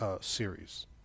series